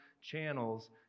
channels